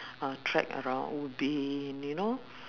uh trek around ubin you know